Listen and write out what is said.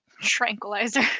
tranquilizer